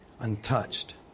untouched